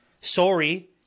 Sorry